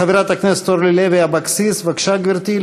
חברת הכנסת אורלי לוי אבקסיס, בבקשה, גברתי.